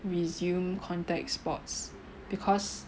resume contact sports because